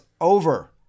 over